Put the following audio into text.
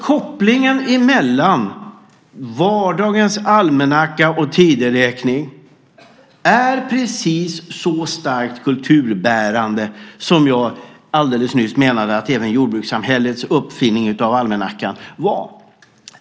Kopplingen mellan vardagens almanacka och tideräkning är starkt kulturbärande. Så var det redan med jordbrukssamhällets uppfinning av almanackan.